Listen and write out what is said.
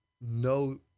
no